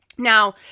Now